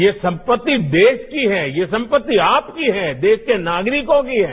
ये संपत्ति देश की है ये संपत्ति आपकी है देश के नागरिकों की है